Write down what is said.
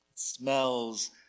Smells